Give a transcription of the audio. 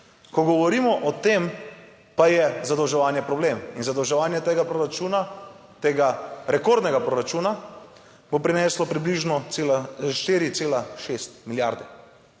Ko govorimo, o tem pa je zadolževanje problem in zadolževanje tega proračuna, tega rekordnega proračuna, bo prineslo približno cela 4,6 milijarde.